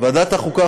ועדת החוקה,